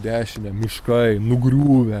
dešine miškai nugriuvę